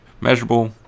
measurable